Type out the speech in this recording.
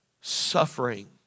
suffering